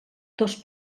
dos